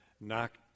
knocked